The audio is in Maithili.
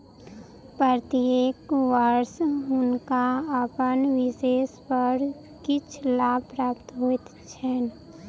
प्रत्येक वर्ष हुनका अपन निवेश पर किछ लाभ प्राप्त होइत छैन